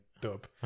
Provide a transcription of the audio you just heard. dub